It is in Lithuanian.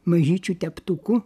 mažyčiu teptuku